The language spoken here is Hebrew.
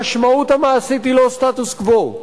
המשמעות המעשית היא לא סטטוס קוו,